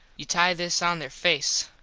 you tie this on there face.